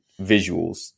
visuals